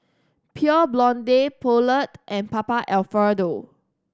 Pure Blonde Poulet and Papa Alfredo